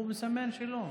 הוא מסמן שלא.